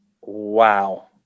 Wow